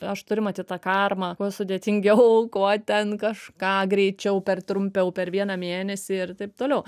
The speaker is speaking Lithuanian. aš turiu matyt tą karmą kuo sudėtingiau kuo ten kažką greičiau per trumpiau per vieną mėnesį ir taip toliau